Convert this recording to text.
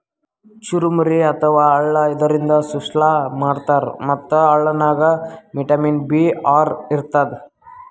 ಚುರಮುರಿ ಅಥವಾ ಅಳ್ಳ ಇದರಿಂದ ಸುಸ್ಲಾ ಮಾಡ್ತಾರ್ ಮತ್ತ್ ಅಳ್ಳನಾಗ್ ವಿಟಮಿನ್ ಬಿ ಆರ್ ಇರ್ತದ್